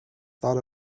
thought